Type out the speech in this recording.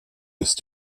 ist